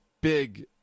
Big